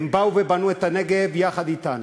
הם באו ובנו את הנגב יחד אתנו,